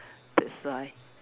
that's why